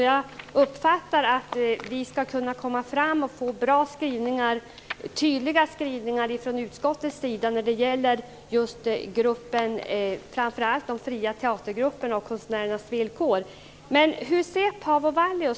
Jag uppfattar att vi ska kunna få bra och tydliga skrivningar från utskottets sida när det gäller framför allt de fria teatergrupperna och konstnärernas villkor. Fru talman!